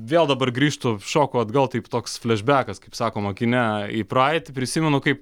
vėl dabar grįžtu šoku atgal taip toks flešbiakas kaip sakoma kine į praeitį prisimenu kaip